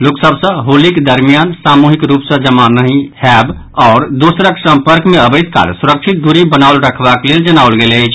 लोक सभ सँ होलीक दरमियान सामूहिक रूप सँ जमा नहि होयब आओर दोसरक सम्पर्क मे अबैत काल सुरक्षित दूरी बनाओल राखबाक लेल जनाओल गेल अछि